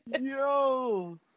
Yo